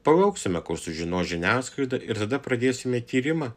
palauksime kol sužinos žiniasklaida ir tada pradėsime tyrimą